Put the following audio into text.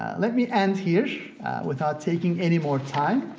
ah let me end here without taking any more time,